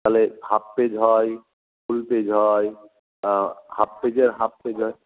তাহলে half page হয় full page হয় হাফ পেজের হাফ পেজ হয়